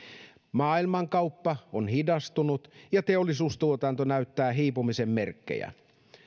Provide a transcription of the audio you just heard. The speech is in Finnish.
maailmankauppa on hidastunut ja teollisuustuotanto näyttää hiipumisen merkkejä